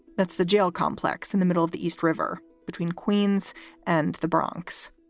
that's the jail complex in the middle of the east river between queens and the bronx